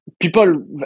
people